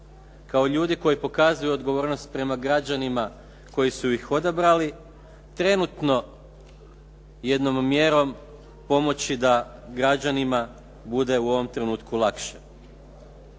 kao ljudi koji pokazuju odgovornost prema građanima koji su ih odabrali trenutno jednom mjerom pomoći da građanima bude u ovom trenutku lakše.